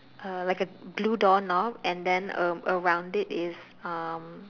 a like a blue door knob and then a around it is um